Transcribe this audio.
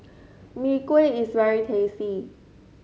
Mee Kuah is very tasty